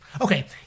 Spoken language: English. Okay